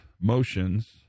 motions